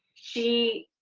she,